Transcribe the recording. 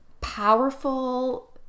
powerful